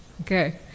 okay